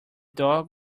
dog